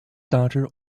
daughter